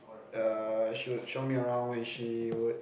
err she would show me around when she would